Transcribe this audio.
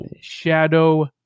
Shadow